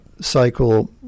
cycle